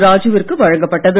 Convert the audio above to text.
ராஜு விற்கு வழங்கப் பட்டது